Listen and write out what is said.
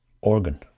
organ